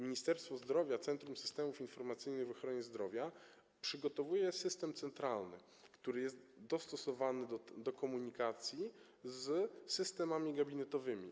Ministerstwo Zdrowia, centrum systemów informacyjnych w ochronie zdrowia przygotowuje system centralny, który jest dostosowany do komunikacji z systemami gabinetowymi.